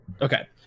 Okay